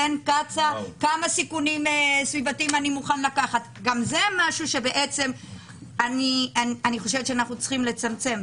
כמה סיכונים סביבתיים אני מוכן לקחת גם זה משהו שאנחנו צריכים לצמצם.